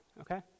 okay